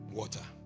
water